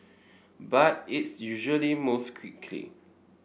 but its usually move quickly